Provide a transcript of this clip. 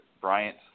Bryant